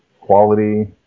quality